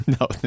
No